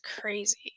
crazy